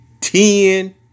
ten